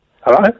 Hello